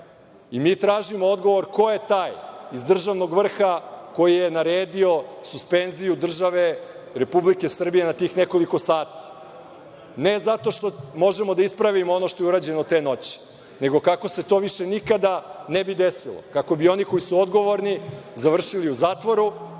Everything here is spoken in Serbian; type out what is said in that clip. na pitanje – ko je taj iz državnog vrha koji je naredio suspenziju države Republike Srbije na tih nekoliko sati? Ne zato što možemo da ispravimo ono što je urađeno te noći, nego kako se to više nikada ne bi desilo, kako bi oni koji su odgovorni završili u zatvoru,